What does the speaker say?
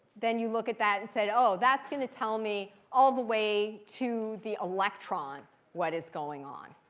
then you look at that and say oh, that's going to tell me all the way to the electron what is going on.